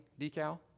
decal